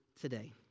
today